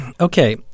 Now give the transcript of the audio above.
Okay